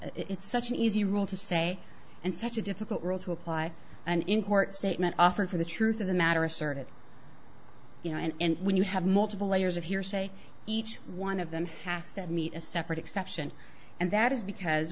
it's such an easy rule to say and such a difficult rule to apply and in court statement offered for the truth of the matter asserted you know and when you have multiple layers of hearsay each one of them have to meet a separate exception and that is because